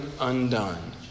undone